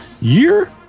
year